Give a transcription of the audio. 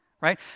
right